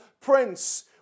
prince